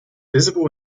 visible